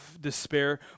despair